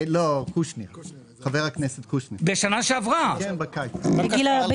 היושב-ראש, בקיץ.